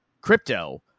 crypto